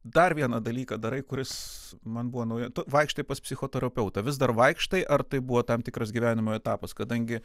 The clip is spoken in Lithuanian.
dar vieną dalyką darai kuris man buvo nauja tu vaikštai pas psichoterapeutą vis dar vaikštai ar tai buvo tam tikras gyvenimo etapas kadangi